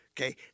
Okay